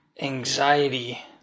anxiety